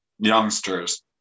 youngsters